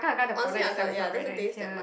honestly I ya it doesn't taste that much